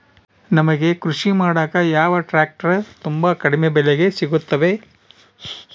ನಮಗೆ ಕೃಷಿ ಮಾಡಾಕ ಯಾವ ಟ್ರ್ಯಾಕ್ಟರ್ ತುಂಬಾ ಕಡಿಮೆ ಬೆಲೆಗೆ ಸಿಗುತ್ತವೆ?